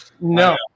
No